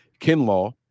Kinlaw